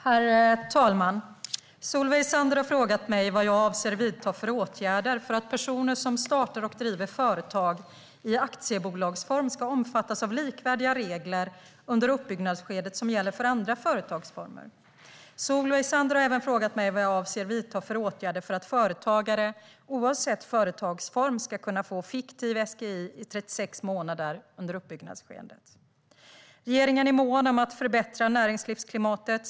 Herr talman! Solveig Zander har frågat mig vad jag avser att vidta för åtgärder för att personer som startar och driver företag i aktiebolagsform ska omfattas av likvärdiga regler under uppbyggnadsskedet som gäller för andra företagsformer. Solveig Zander har även frågat mig vad jag avser att vidta för åtgärder för att företagare, oavsett företagsform, ska kunna få fiktiv SGI i 36 månader under uppbyggnadsskedet. Regeringen är mån om att förbättra näringslivsklimatet.